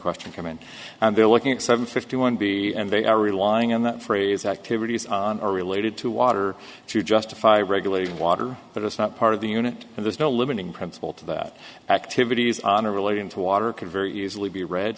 question come in and they're looking at seven fifty one b and they are relying on that phrase activities on are related to water to justify regulating water that is not part of the unit and there's no limiting principle to that activities on are really into water could very easily be read